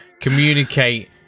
communicate